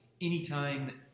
anytime